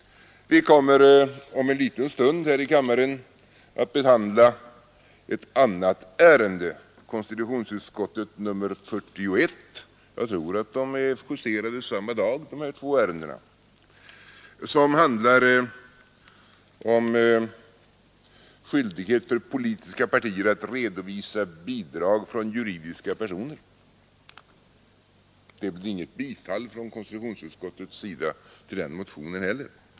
Vi kommer om en liten stund här i kammaren att behandla ett annat ärende — konstitutionsutskottets betänkande nr 41; jag tror att dessa två ärenden är justerade samma dag — som handlar om skyldighet för politiska partier att redovisa bidrag från juridiska personer. Det blev inget bifall från konstitutionsutskottet till den motionen heller.